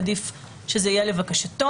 עדיף שזה יהיה לבקשתו.